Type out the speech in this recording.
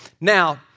Now